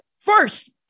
first